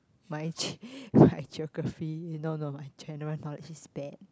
my my geography no no my general knowledge is bad